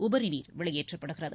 உபரிநீர் வெளியேற்றப்படுகிறது